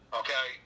okay